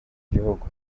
gihugu